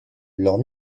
leurs